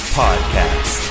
podcast